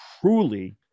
truly